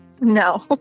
No